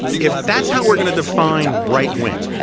if that's how we're going to define right wing,